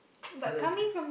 so that's